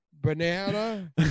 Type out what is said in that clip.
banana